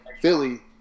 Philly